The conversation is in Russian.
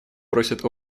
просит